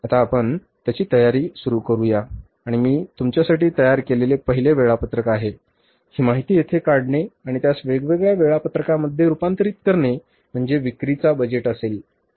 आता आपण त्याची तयारी सुरू करू या आणि मी तुमच्यासाठी तयार केलेले पहिले वेळापत्रक आहे ही माहिती येथे काढणे आणि त्यास वेगवेगळ्या वेळापत्रकांमध्ये रुपांतरित करणे म्हणजे विक्रीचे बजेट असेल